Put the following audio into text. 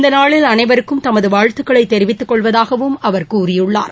இந்த நாளில் அனைவருக்கும் தமது வாழ்த்துக்களை தெரிவித்துக் கொள்வதாகவும் அவர் குறிப்பிட்டுள்ளார்